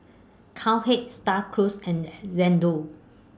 Cowhead STAR Cruise and Xndo